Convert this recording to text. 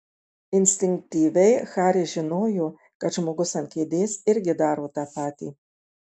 instinktyviai haris žinojo kad žmogus ant kėdės irgi daro tą patį